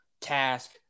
task